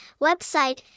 website